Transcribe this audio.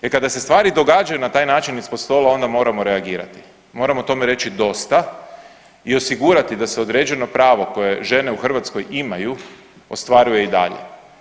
Jer kada se stvari događaju na taj način ispod stola onda moramo reagirati, moramo tome reći dosta i osigurati da se određeno pravo koje žene u Hrvatskoj imaju ostvaruje i dalje.